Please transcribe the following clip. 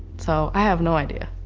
so i have no idea.